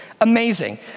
amazing